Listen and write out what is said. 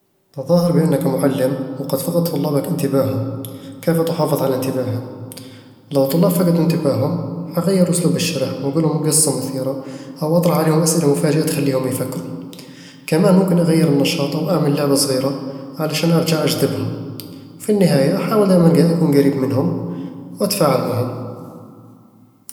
تظاهر بأنك مُعلم، وقد فقد طلابك انتباههم. كيف تحافظ على انتباههم؟ لو الطلاب فقدوا انتباههم، حغير أسلوب الشرح وأقول لهم قصة مثيرة أو أطرح عليهم أسئلة مفاجئة تخلّيهم يفكروا كمان ممكن أغير النشاط أو أعمل لعبة صغيرة علشان أرجع أجذبهم وفي النهاية، أحاول دايمًا أكون قريب منهم وأتفاعل معاهم